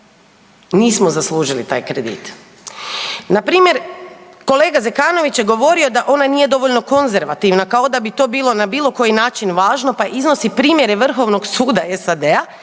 nismo zaslužili taj kredit. Npr. kolega Zekanović je govorio da ona nije dovoljno konzervativna, kao da bi to bilo na bilo koji način važno, pa iznosi primjere Vrhovnog suda SAD-a